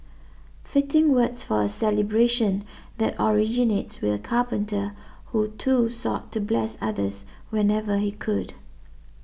fitting words for a celebration that originates with a carpenter who too sought to bless others whenever he could